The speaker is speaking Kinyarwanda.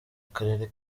akarere